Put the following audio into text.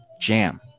Jam